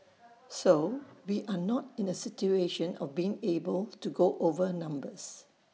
so we are not in A situation of being able to go over numbers